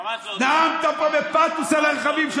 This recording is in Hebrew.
נאמת פה בפתוס על הרכבים,